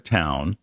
town